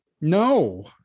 No